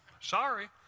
sorry